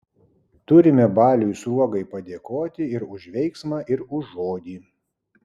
turime baliui sruogai padėkoti ir už veiksmą ir už žodį